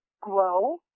grow